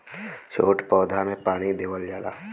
छोट पौधा में पानी देवल जाला